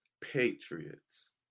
Patriots